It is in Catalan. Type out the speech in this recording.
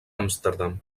amsterdam